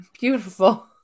beautiful